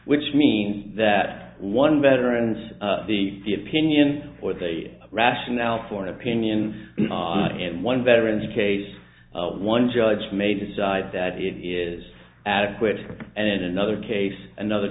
which means that one veterans the the opinion or the rationale for an opinion and one veteran's case one judge may decide that it is adequate and in another case another